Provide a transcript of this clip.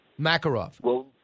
Makarov